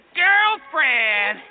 girlfriend